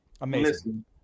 Amazing